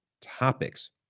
topics